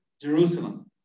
Jerusalem